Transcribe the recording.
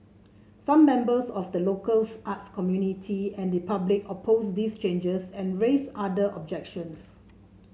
some members of the local arts community and the public opposed these changes and raised other objections